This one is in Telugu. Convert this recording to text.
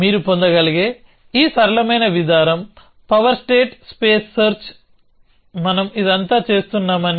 మీరు పొందగలిగే సరళమైన విధానం పవర్ స్టేట్ స్పేస్ సెర్చ్ మనం ఇదంతా చేస్తున్నామని